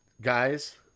guys